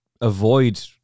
avoid